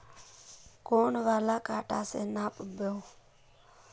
कौन वाला कटा से नाप बो?